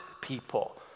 people